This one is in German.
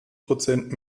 prozent